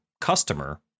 customer